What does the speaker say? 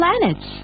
planets